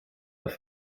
auf